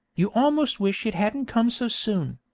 you almost wish it hadn't come so soon.